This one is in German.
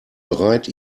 bereit